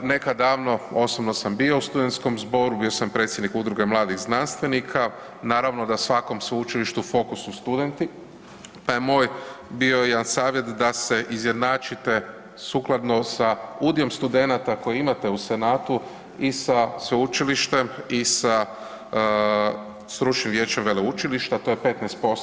Neka davno osobno sam bio u Studentskom zboru, bio sam predsjednik Udruge mladih znanstvenika, naravno da svakom sveučilištu u fokusu studenti, pa je moj bio jedan savjet da se izjednačite sukladno sa udiom studenata koje imate u senatu i sa sveučilištem i sa Stručnim vijećem veleučilišta to je 15%